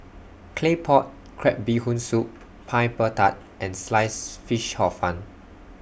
Claypot Crab Bee Hoon Soup Pineapple Tart and Sliced Fish Hor Fun